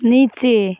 নিচে